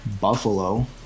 buffalo